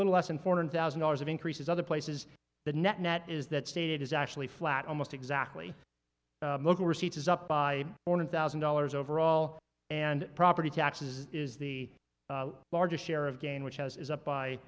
little less than four hundred thousand dollars of increases other places the net net is that state is actually flat almost exactly model receipts is up by more than thousand dollars overall and property taxes is the largest share of gain which has is up by